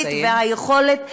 נא לסיים.